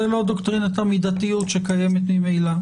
זאת לא דוקטרינת המידתיות שקיימת ממילא.